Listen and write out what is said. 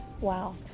wow